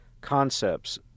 concepts